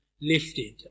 lifted